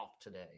today